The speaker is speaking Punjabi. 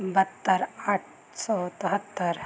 ਬਹੱਤਰ ਅੱਠ ਸੌ ਤਿਹੱਤਰ